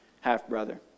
half-brother